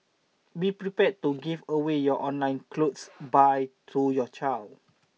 be prepared to give away your online clothes buy to your child